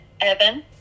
Evan